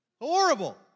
Horrible